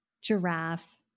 giraffe